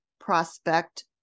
prospect